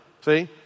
See